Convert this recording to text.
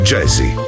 Jazzy